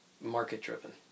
market-driven